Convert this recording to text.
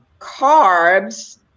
carbs